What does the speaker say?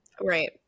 Right